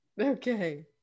okay